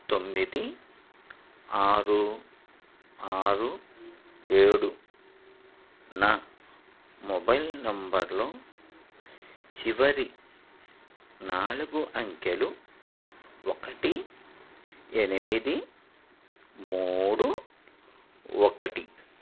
తొమ్మిది ఆరు ఆరు ఏడు నా మొబైల్ నెంబర్లో చివరి నాలుగు అంకెలు ఒకటి ఎనిమిది మూడు ఒకటి